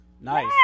Nice